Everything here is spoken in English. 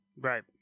Right